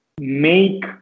make